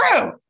true